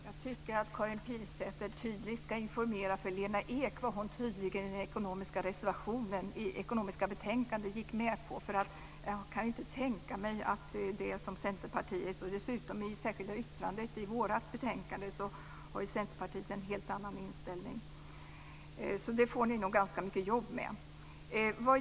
Fru talman! Jag tycker att Karin Pilsäter tydligt ska informera Lena Ek om vad hon i reservationen i det ekonomiska betänkandet gick med på. Centerpartiet har i det särskilda yttrandet i vårt betänkande framfört en helt annan inställning. Det får ni nog ganska mycket jobb med.